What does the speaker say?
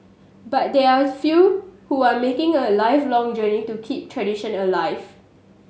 but there are a few who are making a lifelong journey to keep tradition alive